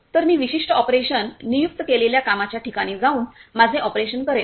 तर मी विशिष्ट ऑपरेशन नियुक्त केलेल्या कामाच्या ठिकाणी जाऊन माझे ऑपरेशन करेन